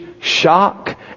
shock